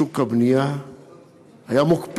שוק הבנייה מוקפא.